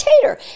tater